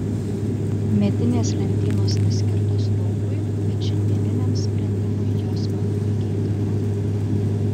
medinės lentynos neskirtos laukui bet šiandieniniam sprendimui jos man puikiai tiko